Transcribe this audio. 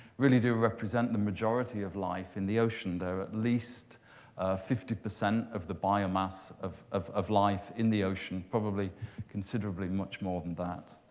really do represent the majority of life in the ocean. they're at least fifty percent of the biomass of of life in the ocean, probably considerably much more than that.